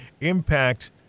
impact